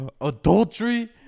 adultery